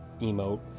emote